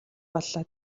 боллоо